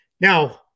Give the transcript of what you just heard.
now